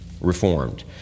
reformed